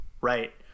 Right